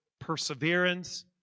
perseverance